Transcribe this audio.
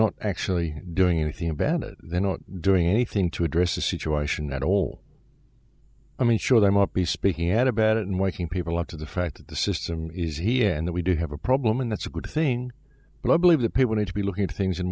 not actually doing anything about it they're not doing anything to address the situation at all i mean sure there might be speaking out about it and waking people up to the fact that the system is here and that we do have a problem and that's a good thing but i believe that people need to be looking at things in